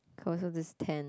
closest is ten